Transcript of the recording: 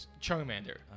Charmander